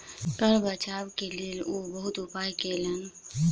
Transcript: कर बचाव के लेल ओ बहुत उपाय कयलैन